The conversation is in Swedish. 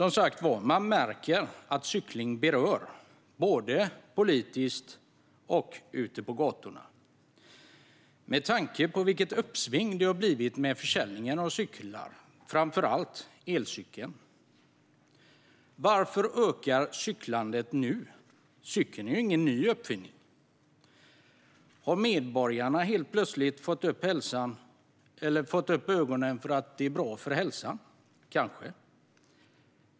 Man märker att cykling berör, både politiskt och ute på gatorna, med tanke på vilket uppsving det har blivit för försäljningen av cyklar, framför allt elcyklar. Varför ökar cyklandet nu? Cykeln är ju inte någon ny uppfinning. Har medborgarna helt plötsligt fått upp ögonen för att det är bra för hälsan? Kanske är det så.